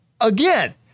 Again